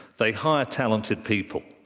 they hire talented people,